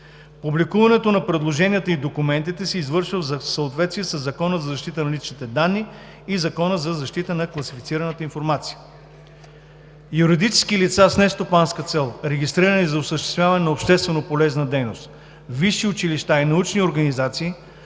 Публикуването на предложенията и документите се извършва в съответствие със Закона за защита на личните данни и Закона за защита на класифицираната информация. 3. Юридически лица с нестопанска цел, регистрирани за осъществяване на общественополезна дейност, висши училища и научни организации